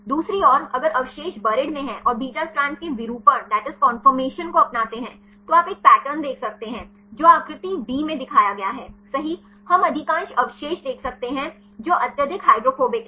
दूसरी ओर अगर अवशेष बुरीद में हैं और बीटा स्ट्रैंड के विरूपण को अपनाते हैं तो आप एक पैटर्न देख सकते हैं जो आकृति d में दिखाया गया है सही हम अधिकांश अवशेष देख सकते हैं जो अत्यधिक हाइड्रोफोबिक हैं